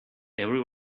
every